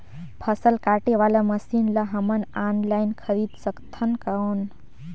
फसल काटे वाला मशीन ला हमन ऑनलाइन खरीद सकथन कौन?